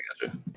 gotcha